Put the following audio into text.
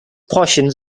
portions